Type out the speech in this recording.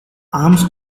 arms